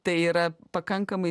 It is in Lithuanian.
tai yra pakankamai